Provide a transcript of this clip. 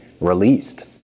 released